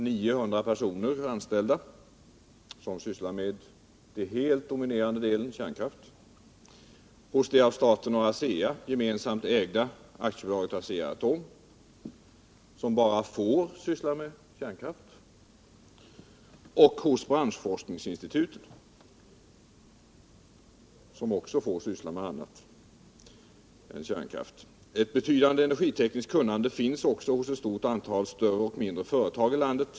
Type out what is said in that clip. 900 personer är anställda — och sysslar till en helt dominerande del med kärnkraft — hos det av staten och ASEA gemensamt ägda AB Asea-Atom, som bara får syssla med kärnkraft, och hos branschforskningsinstitutet, som också får syssla med annat än kärnkraft. Ett betydande energitekniskt kunnande finns också hos ett stort antal större och mindre företag i landet.